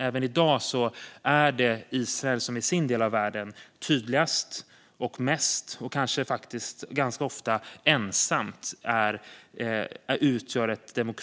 Även i dag är det Israel som i sin del av världen tydligast, mest och ganska ofta ensamt utgör en